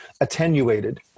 attenuated